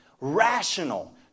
rational